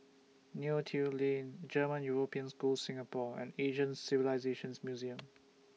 Neo Tiew Lane German European School Singapore and Asian Civilisations Museum